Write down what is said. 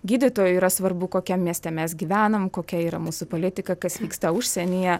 gydytojui yra svarbu kokiam mieste mes gyvenam kokia yra mūsų politika kas vyksta užsienyje